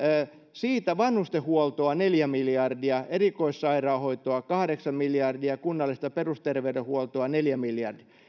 siitä vanhustenhuoltoa neljä miljardia erikoissairaanhoitoa kahdeksan miljardia ja kunnallista perusterveydenhuoltoa neljä miljardia